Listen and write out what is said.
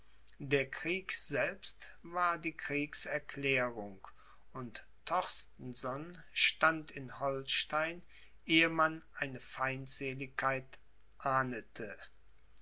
der krieg selbst war die kriegserklärung und torstenson stand in holstein ehe man eine feindseligkeit ahnete